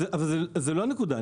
זו לא הנקודה.